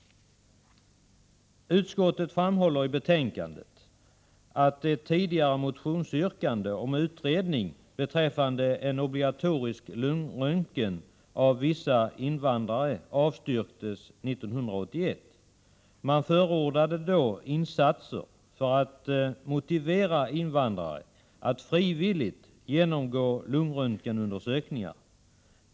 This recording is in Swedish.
Utskottet framhåller i betänkandet att ett tidigare motionsyrkande om utredning beträffande en obligatorisk lungröntgen av vissa invandrare avstyrktes 1981. Man förordade då insatser för att motivera invandrare att frivilligt genomgå lungröntgenundersökningar.